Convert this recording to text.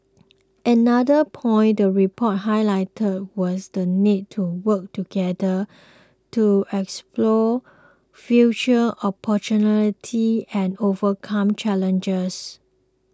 another point the report highlighted was the need to work together to explore future opportunity and overcome challenges